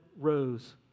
rose